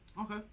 Okay